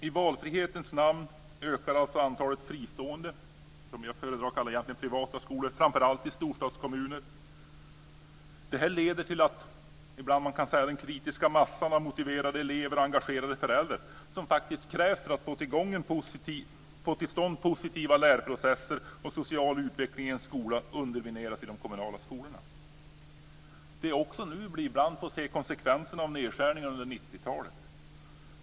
I valfrihetens namn ökar antalet fristående - som jag egentligen föredrar att kalla privata - skolor framför allt i storstadskommuner. Det leder ibland till att den kritiska massan av motiverade elever och engagerade föräldrar som faktiskt krävs för att få till stånd positiva lärprocesser och social utveckling i en skola undermineras i de kommunala skolorna. Det är också nu vi ibland får se konsekvenserna av nedskärningar under 90-talet.